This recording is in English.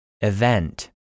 Event